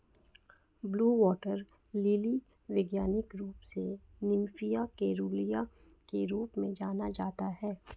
blue water lily वैज्ञानिक रूप से निम्फिया केरूलिया के रूप में जाना जाता है